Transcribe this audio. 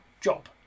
job